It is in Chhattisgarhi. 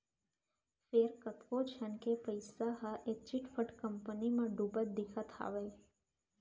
फेर कतको झन के पइसा ह ए चिटफंड कंपनी म डुबत दिखत हावय